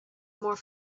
more